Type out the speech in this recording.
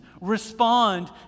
respond